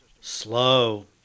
Slow